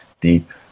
deep